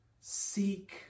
seek